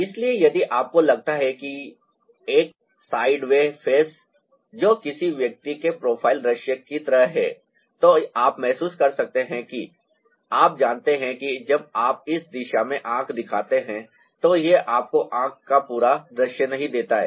इसलिए यदि आपको लगता है कि एक साइडवे फेस जो किसी व्यक्ति के प्रोफ़ाइल दृश्य की तरह है तो आप महसूस कर सकते हैं कि आप जानते हैं कि जब आप इस दिशा में आंख दिखाते हैं तो यह आपको आंख का पूरा दृश्य नहीं देता है